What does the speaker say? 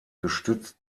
gestützt